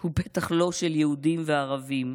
והוא בטח לא של יהודים וערבים.